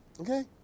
Okay